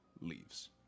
leaves